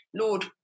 Lord